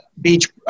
Beach